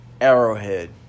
Arrowhead